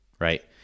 right